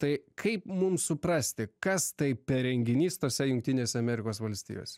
tai kaip mum suprasti kas tai per renginys tose jungtinėse amerikos valstijose